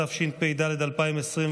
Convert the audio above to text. התשפ"ד 2023,